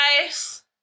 guys